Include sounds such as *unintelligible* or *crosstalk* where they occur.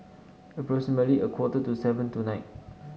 *unintelligible* a quarter to seven tonight